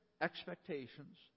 expectations